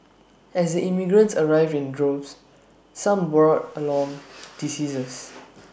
as the immigrants arrived in droves some brought along diseases